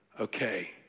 Okay